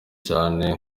cyane